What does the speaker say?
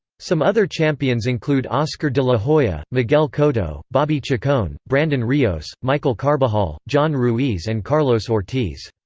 some other champions include oscar de la hoya, miguel cotto, bobby chacon, brandon rios, michael carbajal, john ruiz and carlos ortiz.